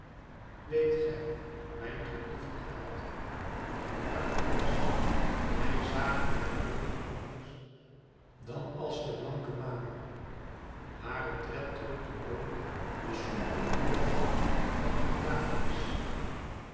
weet gij mijn geliefde held artemis wij zagen haar nooit anders dan als de blanke maan hare tred drukte nooit den somberen boord van den tanaïs